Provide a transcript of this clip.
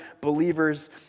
believers